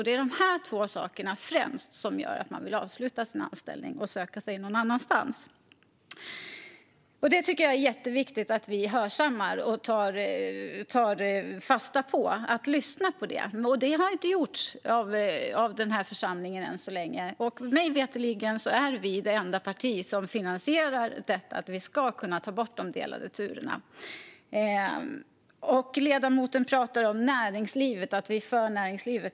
Det är främst dessa båda saker som gör att man vill avsluta sin anställning och söka sig någon annanstans. Jag tycker att det är jätteviktigt att vi hörsammar och tar fasta på detta. Det har man hittills inte gjort i denna församling. Mig veterligen är vi det enda parti som finansierar förslaget om att ta bort delade turer. Ledamoten säger att vi är för näringslivet.